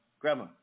grandma